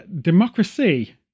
Democracy